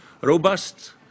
Robust